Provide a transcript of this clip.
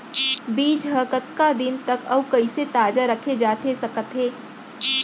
बीज ह कतका दिन तक अऊ कइसे ताजा रखे जाथे सकत हे?